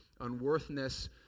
unworthiness